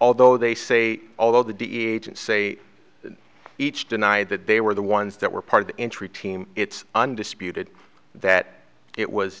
although they say although the dea agents say each denied that they were the ones that were part of the entry team it's undisputed that it was